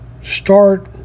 start